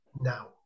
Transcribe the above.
now